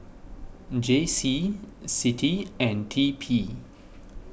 J C Citi and T P